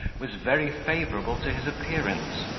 was very favourable to his appearance,